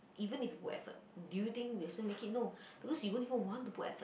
even if you put effort do you think we'll still make it no because you won't even want to put effort